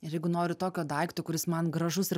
ir jeigu noriu tokio daikto kuris man gražus ir